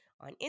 on